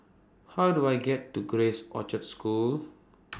How Do I get to Grace Orchard School